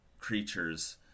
creatures